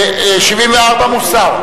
74, מוסר.